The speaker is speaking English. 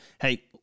Hey